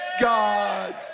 God